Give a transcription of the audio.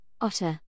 Otter